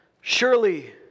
Surely